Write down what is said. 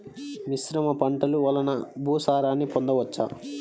మిశ్రమ పంటలు వలన భూసారాన్ని పొందవచ్చా?